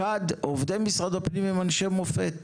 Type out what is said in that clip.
עובדי משרד הפנים הם אנשי מופת.